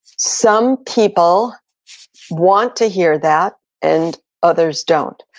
some people want to hear that and others don't,